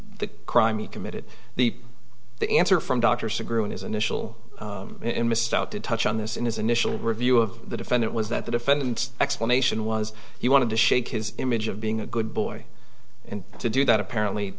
the crime he committed the the answer from dr sigrid in his initial in missed out did touch on this in his initial review of the defendant was that the defendant explanation was he wanted to shake his image of being a good boy and to do that apparently